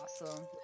Awesome